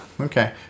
Okay